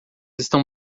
estão